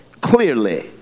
clearly